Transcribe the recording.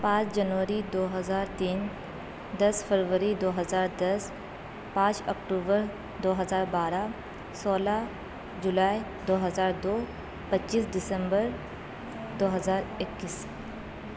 پانچ جنوری دو ہزار تین دس فروری دو ہزار دس پانچ اکٹوبر دو ہزار بارہ سولہ جولائی دو ہزار دو پچیس دسمبر دو ہزار اکیس